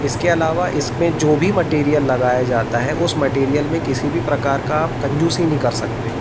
इसके अलावा इसमें जो भी मटेरियल लगाया जाता है उस मटेरियल में किसी भी प्रकार का कंजूसी नहीं कर सकते